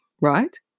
Right